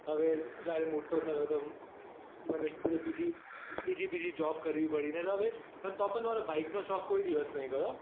હવે જ્યારે મોટો થયો તો મને મને બીજી બીજી જોબ કરવી પડી ને હવે તો પણ મને બાઈકનો શોખ કોઈ દિવસ નથી ગયો હોં